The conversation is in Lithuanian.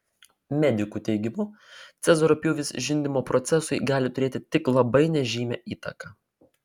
medikų teigimu cezario pjūvis žindymo procesui gali turėti tik labai nežymią įtaką